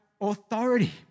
authority